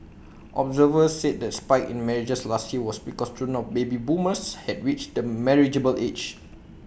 observers said the spike in marriages last year was because children of baby boomers had reached marriageable age